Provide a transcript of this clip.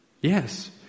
Yes